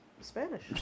Spanish